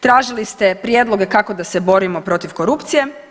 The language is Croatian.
Tražili ste prijedloge kako da se borimo protiv korupcije.